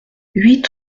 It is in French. huit